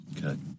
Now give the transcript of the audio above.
Good